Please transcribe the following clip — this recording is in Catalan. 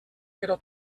però